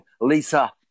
lisa